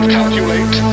Calculate